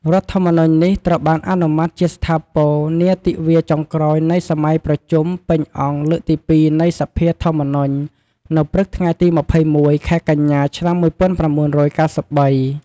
រដ្ឋធម្មនុញ្ញនេះ ត្រូវបានអនុម័តជាស្ថាពរនាទិវាចុងក្រោយនៃសម័យប្រជុំពេញអង្គលើកទី២ នៃ សភាធម្មនុញ្ញនៅព្រឹកថ្ងៃទី២១ ខែកញ្ញា ឆ្នាំ១៩៩៣។